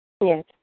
Yes